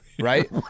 right